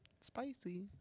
Spicy